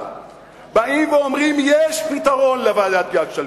באים ואומרים: יש פתרון לבעיית גלעד שליט,